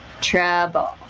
trouble